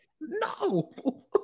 No